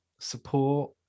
support